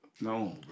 No